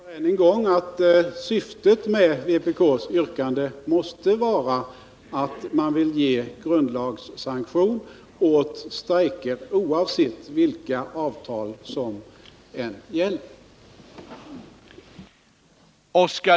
Herr talman! Jag upprepar än en gång att syftet med vpk:s yrkande måste vara att man vill ge grundlagssanktion åt strejker, oavsett vilka avtal som gäller.